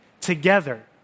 together